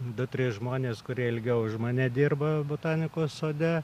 du trys žmonės kurie ilgiau už mane dirba botanikos sode